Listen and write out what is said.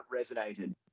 resonated